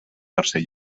tercer